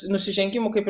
nusižengimų kaip ir